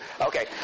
Okay